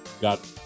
got